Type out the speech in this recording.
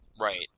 Right